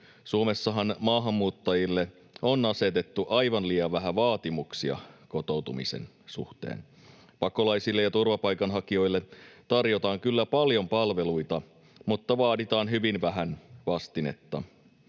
Suomessahan maahanmuuttajille on asetettu aivan liian vähän vaatimuksia kotoutumisen suhteen. Pakolaisille ja turvapaikanhakijoille tarjotaan kyllä paljon palveluita, mutta heiltä vaaditaan hyvin vähän vastinetta.